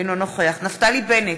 אינו נוכח נפתלי בנט,